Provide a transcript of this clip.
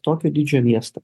tokio dydžio miestą